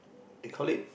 they call it